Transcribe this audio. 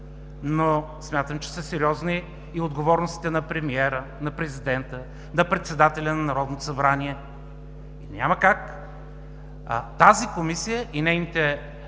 но смятам, че са сериозни отговорностите на премиера, на президента, на председателя на Народното събрание. Няма как тази Комисия и нейните